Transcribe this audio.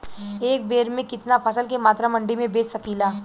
एक बेर में कितना फसल के मात्रा मंडी में बेच सकीला?